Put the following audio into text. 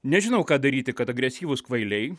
nežinau ką daryti kad agresyvūs kvailiai